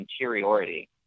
interiority